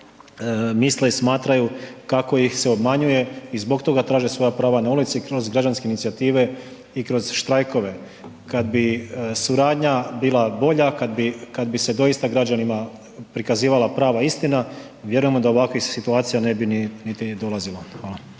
misle i smatraju kako ih se obmanjuje i zbog toga traže svoja prava na ulici kroz građanske inicijative i kroz štrajkove. Kada bi suradnja bila bolja, kada bi se doista građanima prikazivala prava istina, vjerujemo da do ovakvih situacija ne bi niti dolazilo. Hvala.